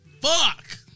Fuck